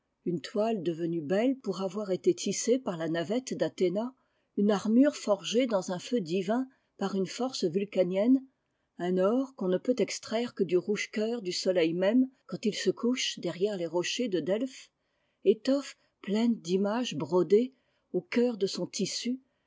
une toile devenue telle pour avoir été tissée par la navette d'athéna une armure forgée dans un feu divin par une force vulcanienne un or qu'on ne peut extraire que du rouge cœur du soleil même quand il se couche derrière les rochers de delphes étone pleine d'images brodées au cœur de son tissu